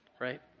right